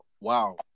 Wow